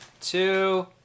two